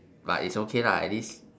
but it's okay lah at least